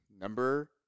number